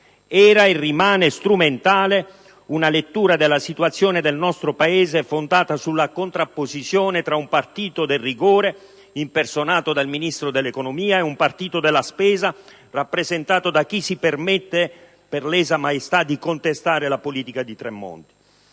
era e rimane strumentale una lettura della situazione nel nostro Paese fondata sulla contrapposizione tra un partito del rigore, impersonato dal Ministro dell'economia, e un partito della spesa, rappresentato da chi si permette, per lesa maestà, di contestare la politica di Tremonti.